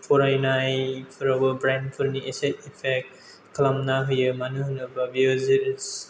फरायनायफोरावबो ब्रेइनफोरनि एसे इफेक्ट खालामना होयो मानो होनोबा बेयो